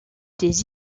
des